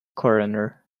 coroner